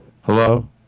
Hello